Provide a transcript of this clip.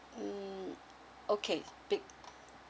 mm okay be